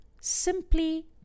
simply